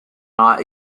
not